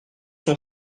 son